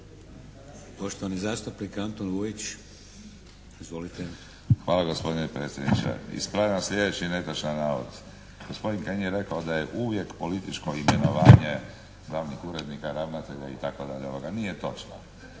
Poštovani zastupnik Antun Vujić. Izvolite. **Vujić, Antun (SDP)** Ispravljam sljedeći netočan navod. Gospodin Kajin je rekao da je uvijek političko imenovanje glavnih urednika, ravnatelja i tako dalje. Nije točno.